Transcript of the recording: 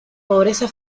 pobreza